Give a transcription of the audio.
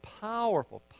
powerful